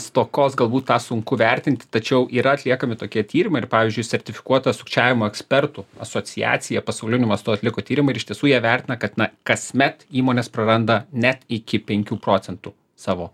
stokos galbūt tą sunku vertinti tačiau yra atliekami tokie tyrimai ir pavyzdžiui sertifikuota sukčiavimo ekspertų asociacija pasauliniu mastu atliko tyrimą ir iš tiesų jie vertina kad na kasmet įmonės praranda net iki penkių procentų savo